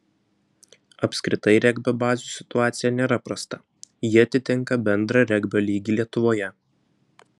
apskritai regbio bazių situacija nėra prasta ji atitinka bendrą regbio lygį lietuvoje